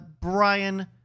Brian